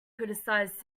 criticized